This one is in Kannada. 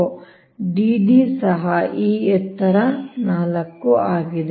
ಆದ್ದರಿಂದ dd ಸಹ ಈ ಎತ್ತರ 4 ಆಗಿದೆ